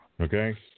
Okay